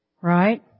Right